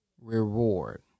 reward